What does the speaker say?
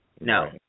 No